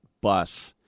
bus